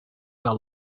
your